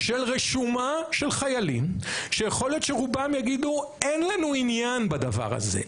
של רשומה של חיילים שיכול להיות שרובם יגידו אין לנו עניין בדבר הזה.